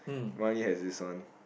my only has this one